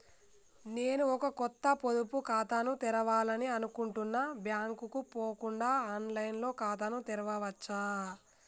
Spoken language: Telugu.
నేను ఒక కొత్త పొదుపు ఖాతాను తెరవాలని అనుకుంటున్నా బ్యాంక్ కు పోకుండా ఆన్ లైన్ లో ఖాతాను తెరవవచ్చా?